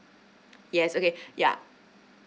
yes okay ya